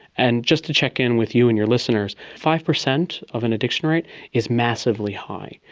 and just to check in with you and your listeners, five percent of an addiction rate is massively high.